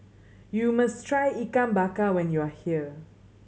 you must try Ikan Bakar when you are here